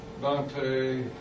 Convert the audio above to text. Dante